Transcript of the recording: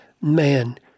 man